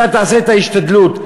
אתה תעשה את ההשתדלות.